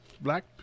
Black